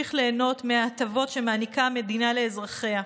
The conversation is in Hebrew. וימשיך ליהנות מההטבות שמעניקה המדינה לאזרחיה.